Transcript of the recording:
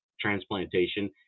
transplantation